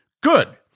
Good